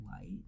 light